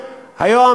היום,